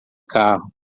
carro